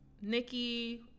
nikki